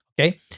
Okay